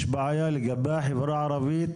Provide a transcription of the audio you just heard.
יש בעיה לגבי החברה הערבית,